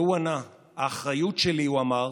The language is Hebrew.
והוא ענה: האחריות שלי, הוא אמר